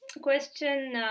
question